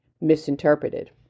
misinterpreted